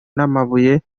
n’amabuye